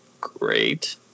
great